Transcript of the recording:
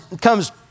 comes